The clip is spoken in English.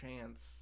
chance